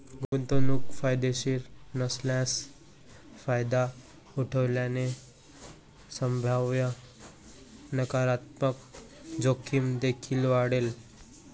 गुंतवणूक फायदेशीर नसल्यास फायदा उठवल्याने संभाव्य नकारात्मक जोखीम देखील वाढेल